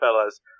fellas